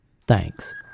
Thanks